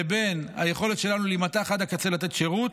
לבין היכולת שלנו להימתח עד הקצה לתת שירות.